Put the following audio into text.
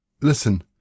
listen